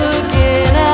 again